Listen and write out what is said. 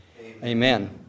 amen